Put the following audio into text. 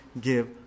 give